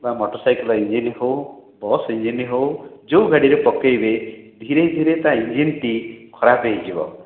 ବା ମୋଟର ସାଇକେଲର ଇଞ୍ଜିନ ହେଉ ବସ ଇଞ୍ଜିନ ହେଉ ଯେଉଁ ଗାଡ଼ିରେ ପକେଇବେ ଧୀରେ ଧୀରେ ତା ଇଞ୍ଜିନ ଟି ଖରାପ ହେଇଯିବ